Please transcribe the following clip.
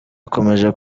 akomeje